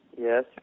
Yes